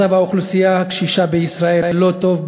מצב האוכלוסייה הקשישה בישראל לא טוב,